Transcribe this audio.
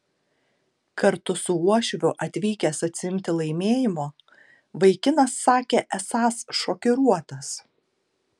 kartu su uošviu atvykęs atsiimti laimėjimo vaikinas sakė esąs šokiruotas